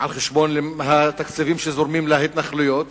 על חשבון התקציבים שזורמים להתנחלויות,